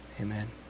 Amen